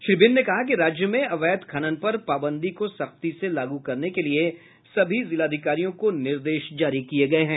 श्री बिंद ने कहा कि राज्य में अवैध खनन पर पाबंदी को सख्ती से लागू करने के लिये सभी जिलाधिकारियों को निर्देश जारी किये गये हैं